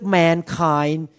mankind